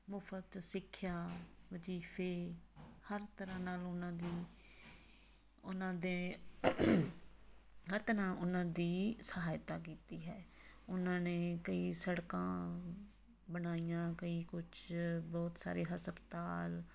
ਮੁਫਤ ਸਿੱਖਿਆ ਵਜ਼ੀਫੇ ਹਰ ਤਰ੍ਹਾਂ ਨਾਲ ਉਹਨਾਂ ਦੀ ਉਹਨਾਂ ਦੇ ਹਰ ਤਰ੍ਹਾਂ ਉਹਨਾਂ ਦੀ ਸਹਾਇਤਾ ਕੀਤੀ ਹੈ ਉਹਨਾਂ ਨੇ ਕਈ ਸੜਕਾਂ ਬਣਾਈਆਂ ਕਈ ਕੁਛ ਬਹੁਤ ਸਾਰੇ ਹਸਪਤਾਲ